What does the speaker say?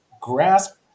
grasp